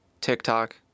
TikTok